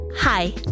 Hi